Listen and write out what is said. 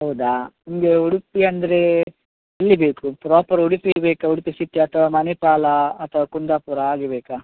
ಹೌದ ನಿಮಗೆ ಉಡುಪಿ ಅಂದರೆ ಎಲ್ಲಿ ಬೇಕು ಪ್ರಾಪರ್ ಉಡುಪಿಯೇ ಬೇಕಾ ಉಡುಪಿ ಸಿಟಿ ಅಥವಾ ಮಣಿಪಾಲ ಅಥವಾ ಕುಂದಾಪುರ ಹಾಗೆ ಬೇಕಾ